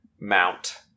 mount